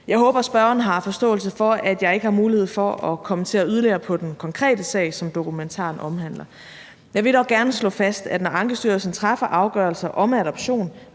Jeg håber, at spørgeren har forståelse for, at jeg ikke har mulighed for at kommentere yderligere på den konkrete sag, som dokumentaren omhandler. Jeg vil dog gerne slå fast, at når Ankestyrelsen træffer afgørelse om adoption